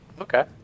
Okay